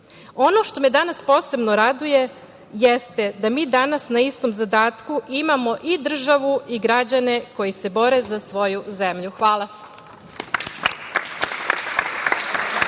što me danas posebno raduje jeste da mi danas na istom zadatku imamo i državu i građane koji se bore za svoju zemlju. Hvala.